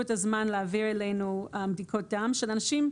זמן להעביר אלינו בדיקות דם של אנשים.